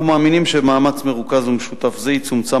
אנחנו מאמינים שבמאמץ מרוכז ומשותף זה יצומצם